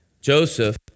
Joseph